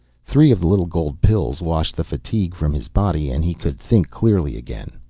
three of the little gold pills washed the fatigue from his body, and he could think clearly again.